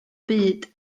byd